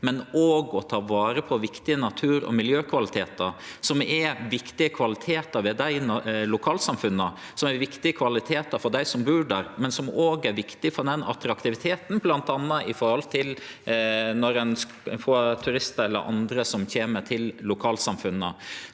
men òg å ta vare på viktige natur- og miljøkvalitetar, som er viktige kvalitetar ved lokalsamfunna, som er viktige kvalitetar for dei som bur der, men òg viktige for attraktiviteten, bl.a. med tanke på turistar eller andre som kjem til lokalsamfunna.